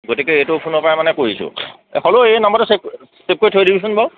গতিকে এইটো ফোনৰ পৰা মানে কৰিছোঁ হ'লেও এই নাম্বাৰটো ছেভ ছেভ কৰি থৈ দিবিচোন বাৰু